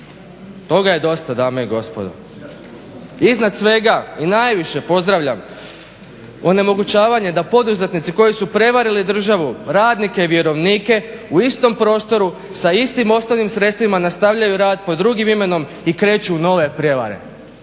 Toga je dosta dame i gospodo. Iznad svega i najviše pozdravljam onemogućavanje da poduzetnici koji su prevarili državu, radnike i vjerovnike u istom prostoru, sa istim osnovnim sredstvima nastavljaju rad pod drugim imenom i kreću u nove prijevare.